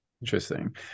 interesting